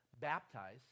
baptize